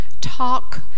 talk